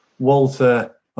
Walter